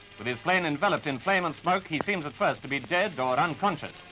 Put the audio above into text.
with his plane enveloped in flame and smoke, he seems at first to be dead or unconscious.